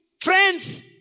Friends